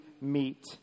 meet